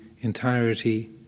entirety